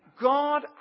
God